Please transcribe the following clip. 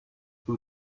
who